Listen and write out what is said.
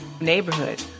neighborhood